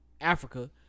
Africa